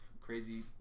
crazy